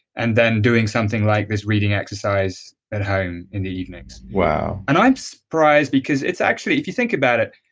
and then doing something like this reading exercise at home in the evenings wow and i'm surprised because it's actually. if you think about it,